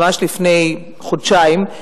ממש לפני חודשיים,